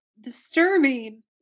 disturbing